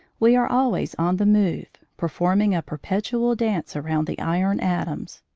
we are always on the move, performing a perpetual dance around the iron atoms,